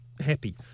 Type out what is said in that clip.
happy